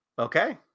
Okay